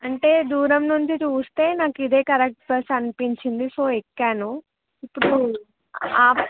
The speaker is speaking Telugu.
అంటే దూరం నుండి చూస్తే నాకు ఇదే కరెక్ట్ బస్ అనిపించింది సో ఎక్కాను ఇప్పుడు